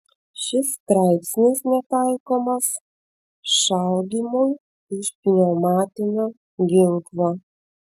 šis straipsnis netaikomas šaudymui iš pneumatinio ginklo